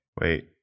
Wait